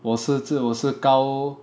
我是自我是高